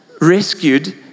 rescued